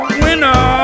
winner